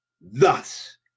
Thus